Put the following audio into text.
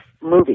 movie